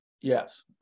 Yes